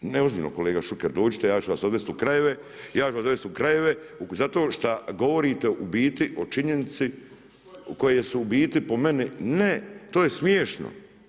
Ne ozbiljno kolega Šuker dođite, ja ću vas odvesti u krajeve, ja ću vas odvesti u krajeve zato što govorite u biti o činjenici koje su u biti po meni ne to je smiješno.